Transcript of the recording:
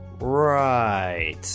right